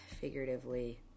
figuratively